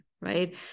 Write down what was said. Right